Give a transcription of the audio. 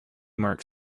mark